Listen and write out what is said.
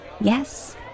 Yes